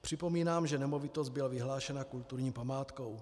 Připomínám, že nemovitost byla vyhlášena kulturní památkou.